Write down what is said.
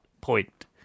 point